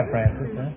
Francis